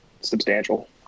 substantial